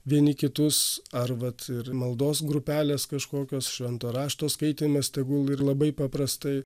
vieni kitus ar vat ir maldos grupelės kažkokios švento rašto skaitymas tegul ir labai paprastai